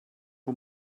who